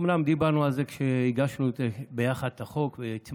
אומנם דיברנו על זה כשהגשנו ביחד את הצעת החוק והצמדנו,